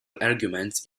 arguments